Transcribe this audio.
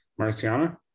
Marciana